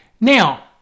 Now